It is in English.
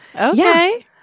Okay